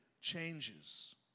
changes